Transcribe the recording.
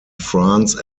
france